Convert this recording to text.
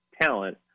talent